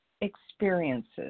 experiences